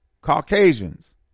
Caucasians